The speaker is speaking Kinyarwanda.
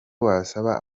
wasaba